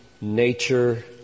nature